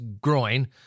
groin